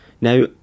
Now